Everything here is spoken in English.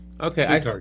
Okay